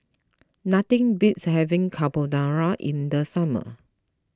nothing beats having Carbonara in the summer